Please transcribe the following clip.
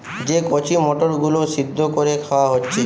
যে কচি মটর গুলো সিদ্ধ কোরে খাওয়া হচ্ছে